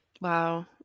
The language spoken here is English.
Wow